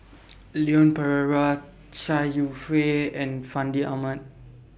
Leon Perera Chai Yow Fei and Fandi Ahmad